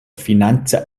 financa